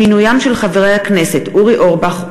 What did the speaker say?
עם מינוים של חברי הכנסת אורי אורבך,